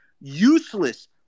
useless